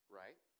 right